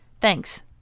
Thanks